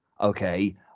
okay